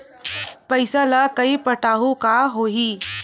पईसा ल नई पटाहूँ का होही?